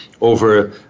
over